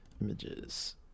Images